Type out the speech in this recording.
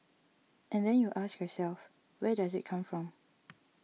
and then you ask yourself where does it come from